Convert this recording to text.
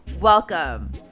Welcome